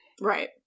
Right